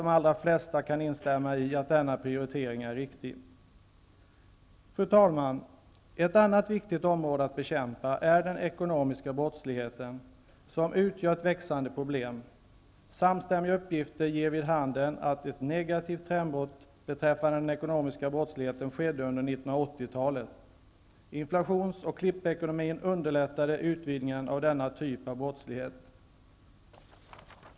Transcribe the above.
De allra flesta kan säkert instämma i att denna prioritering är riktig. Fru talman! Ett annat viktigt område att bekämpa är den ekonomiska brottsligheten som utgör ett växande problem. Samstämmiga uppgifter ger vid handen att ett negativt trendbrott beträffande den ekonomiska brottsligheten skedde under 1980 talet. Inflations och klippekonomin underlättade utvidgning av denna typ av brottslighet.